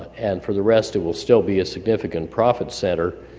and for the rest it will still be a significant profit center.